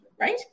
right